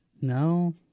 No